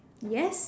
yes